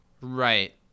Right